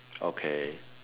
okay